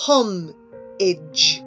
Homage